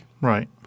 Right